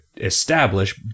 establish